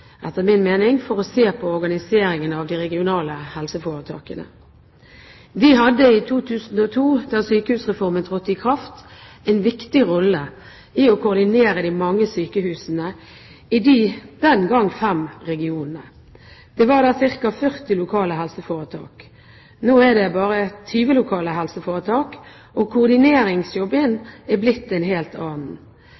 for å se på organiseringen av de regionale helseforetakene. De hadde i 2002, da sykehusreformen trådte i kraft, en viktig rolle når det gjelder å koordinere de mange sykehusene i de den gang fem regionene. Det var da ca. 40 lokale helseforetak. Nå er det bare 20 lokale helseforetak, og koordineringsjobben